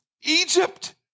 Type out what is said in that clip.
Egypt